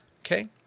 Okay